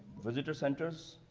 visitor centers,